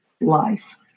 life